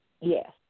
Yes